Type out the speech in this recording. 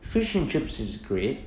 fish and chips is great